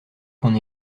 qu’on